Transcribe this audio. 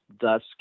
thus